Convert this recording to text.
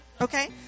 okay